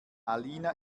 alina